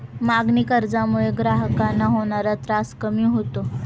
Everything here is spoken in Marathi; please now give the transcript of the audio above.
मागणी कर्जामुळे ग्राहकांना होणारा त्रास कमी होतो